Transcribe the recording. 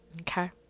Okay